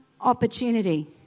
opportunity